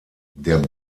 der